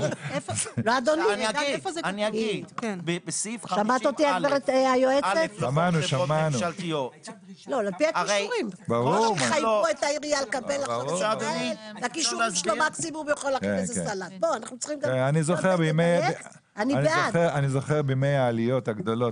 בסעיף 50א. אני זוכר שבימי העליות הגדולות